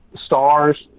stars